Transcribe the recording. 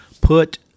put